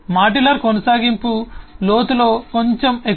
modular కొనసాగింపు లోతులో కొంచెం ఎక్కువ